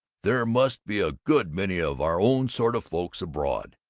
there must be a good many of our own sort of folks abroad.